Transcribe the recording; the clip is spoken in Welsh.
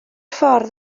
ffordd